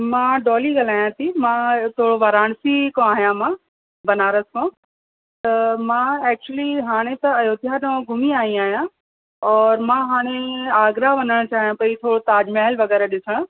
मां डोली ॻाल्हाया थी मां हितां वाराणसी खां आहियां मां बनारस खां त मां एक्चुली हाणे त अयोध्या ॾांहुं घुमी आहीं आहियां और मां हाणे आगरा वञणु चाहियां पेई थोरो ताजमहेल वग़ैरह ॾिसण